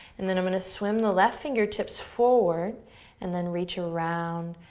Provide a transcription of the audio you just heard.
and then i'm gonna swim the left fingertips forward and then reach around,